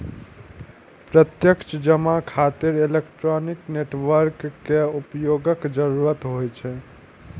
प्रत्यक्ष जमा खातिर इलेक्ट्रॉनिक नेटवर्क के उपयोगक जरूरत होइ छै